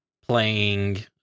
playing